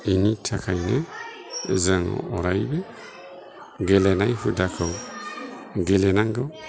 बेनि थाखायनो जों अरायबो गेलेनाय हुदाखौ गेलेनांगौ